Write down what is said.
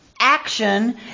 action